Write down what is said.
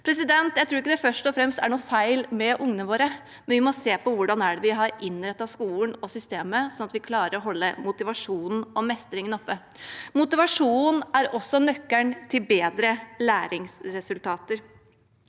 ikke det først og fremst er noe feil med ungene våre. Vi må se på hvordan vi har innrettet skolen og systemet, sånn at vi klarer å holde motivasjonen og mestringen oppe. Motivasjonen er også nøkkelen til bedre læringsresultater.